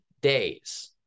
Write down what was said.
days